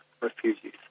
refugees